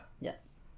Yes